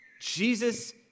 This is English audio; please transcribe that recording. Jesus